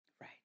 Right